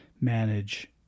manage